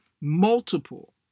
multiple